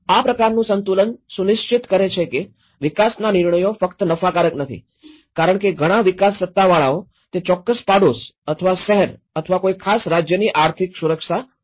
આ પ્રકારનું સંતુલન સુનિશ્ચિત કરે છે કે વિકાસના નિર્ણયો ફક્ત નફાકારક નથી કારણ કે ઘણા વિકાસ સત્તાવાળાઓ તે ચોક્કસ પડોશ અથવા શહેર અથવા કોઈ ખાસ રાજ્યની આર્થિક સુરક્ષા જોવે છે